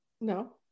No